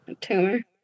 tumor